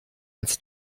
als